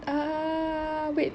ah wait